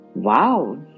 Wow